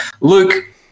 Luke